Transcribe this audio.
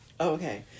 okay